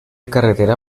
carretera